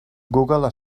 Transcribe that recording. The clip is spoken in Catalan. google